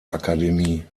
akademie